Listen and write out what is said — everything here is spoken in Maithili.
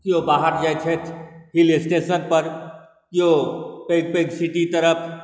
कियो बाहर जाइत छथि हिल स्टेशनपर कियो पैघ पैघ सिटी तरफ